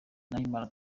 nahimana